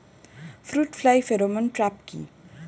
Fruit fly pheromone trap কি?